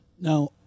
Now